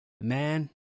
man